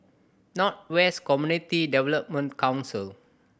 North West Community Development Council